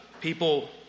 People